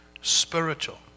spiritual